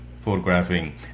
photographing